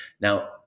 Now